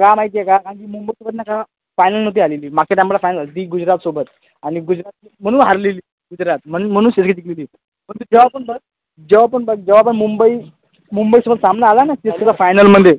का माहिती आहे का कारण की मुंबई फायनल नव्हती आलेली मागच्या टाईमाला फायनल झाली होती गुजरातसोबत आणि गुजरात म्हणून हारलेली गुजरात म्हण म्हणून सी एस के जिंकलेली परंतु जेव्हा पण बघ जेव्हा पण बघ जेव्हा पण मुंबई मुंबईसोबत सामना आला नं सी एस केचा फायनलमध्ये